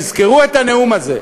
תזכרו את הנאום הזה.